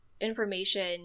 information